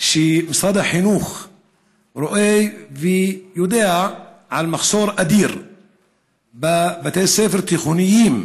משרד החינוך רואה ויודע על מחסור אדיר בבתי ספר תיכוניים,